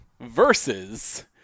versus